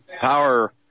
power